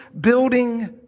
building